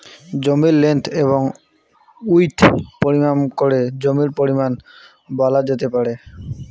জমির লেন্থ এবং উইড্থ পরিমাপ করে জমির পরিমান বলা যেতে পারে